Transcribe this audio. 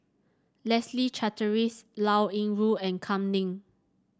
Leslie Charteris Liao Yingru and Kam Ning